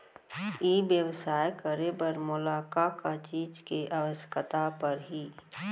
ई व्यवसाय करे बर मोला का का चीज के आवश्यकता परही?